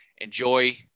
enjoy